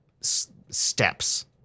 steps